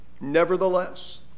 Nevertheless